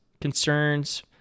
concerns